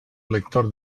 lector